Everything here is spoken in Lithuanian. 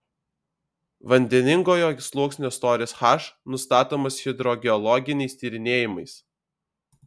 vandeningojo sluoksnio storis h nustatomas hidrogeologiniais tyrinėjimais